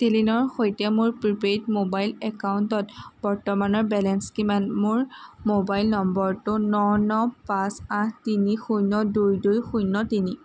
টেলিনৰ সৈতে মোৰ প্ৰিপেইড মোবাইল একাউণ্টত বৰ্তমানৰ বেলেঞ্চ কিমান মোৰ মোবাইল নম্বৰটো ন ন পাঁচ আঠ তিনি শূন্য দুই দুই শূন্য তিনি